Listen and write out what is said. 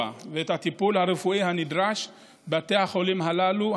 ואת הטיפול הרפואי הנדרש בבתי החולים הללו,